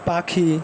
পাখি